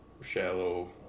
shallow